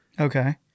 Okay